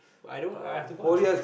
but i don't I I have to go